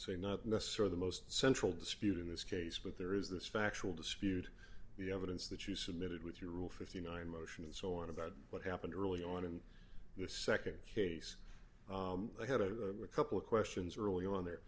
say not necessarily the most central dispute in this case but there is this factual dispute the evidence that you submitted with your rule fifty nine motion and so on about what happened early on in the nd case they had a couple questions early on their